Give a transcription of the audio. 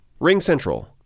RingCentral